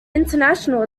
international